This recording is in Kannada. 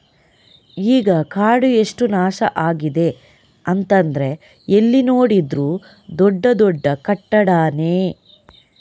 ಈಗ ಕಾಡು ಎಷ್ಟು ನಾಶ ಆಗಿದೆ ಅಂತಂದ್ರೆ ಎಲ್ಲಿ ನೋಡಿದ್ರೂ ದೊಡ್ಡ ದೊಡ್ಡ ಕಟ್ಟಡಾನೇ